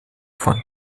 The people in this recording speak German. von